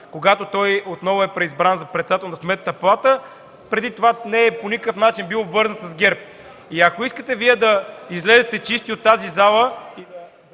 когато отново е преизбран за председател на Сметната палата, преди това по никакъв начин не е бил обвързан с ГЕРБ и ако искате Вие да излезете чисти от тази зала...